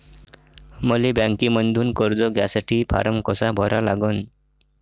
मले बँकेमंधून कर्ज घ्यासाठी फारम कसा भरा लागन?